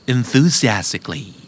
Enthusiastically